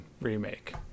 Remake